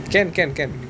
can can can